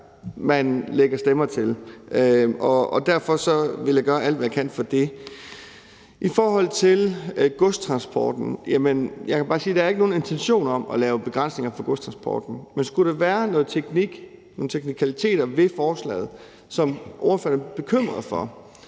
man lægger stemmer til. Og derfor vil jeg gøre alt, hvad jeg kan, for det. I forhold til godstransporten kan jeg bare sige, at der er ikke nogen intention om at lave begrænsninger for godstransporten, men skulle der være noget teknik, nogle teknikaliteter ved forslaget, som ordføreren er bekymret for,